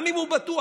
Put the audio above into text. גם אם הוא בטוח